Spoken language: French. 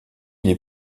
les